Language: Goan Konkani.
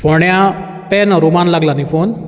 फोंड्या पॅन अरोमान लागला न्ही फोन